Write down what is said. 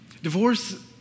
Divorce